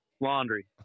Laundry